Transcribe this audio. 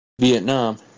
Vietnam